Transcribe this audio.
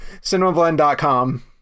cinemablend.com